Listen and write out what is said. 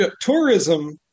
tourism